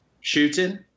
shooting